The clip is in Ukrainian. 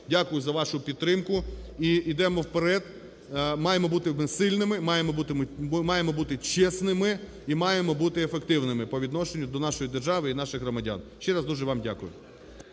Дякую за вашу підтримку. Ідемо вперед, маємо бути сильними, маємо бути чесними і маємо бути ефективними по відношенню до нашої держави і наших громадян. Ще раз дуже вам дякую.